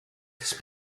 this